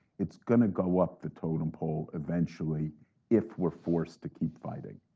it's going to go up the totem pole eventually if we're forced to keep fighting.